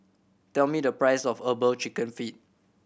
tell me the price of Herbal Chicken Feet